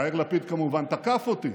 יאיר לפיד כמובן תקף אותי,